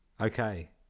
Okay